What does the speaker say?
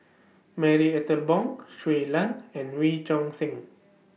Marie Ethel Bong Shui Lan and Wee Choon Seng